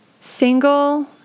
single